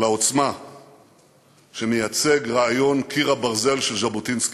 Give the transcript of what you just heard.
ולעוצמה שמייצג רעיון "קיר הברזל" של ז'בוטינסקי.